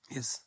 Yes